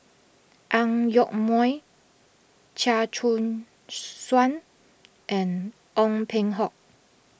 Ang Yoke Mooi Chia Choo Suan and Ong Peng Hock